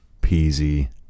Peasy